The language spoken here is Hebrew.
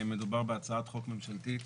מדובר בהצעת חוק ממשלתית